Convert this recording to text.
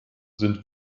sind